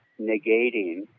negating